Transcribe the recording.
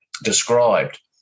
Described